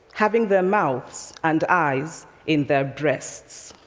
having their mouth and eyes in their breasts.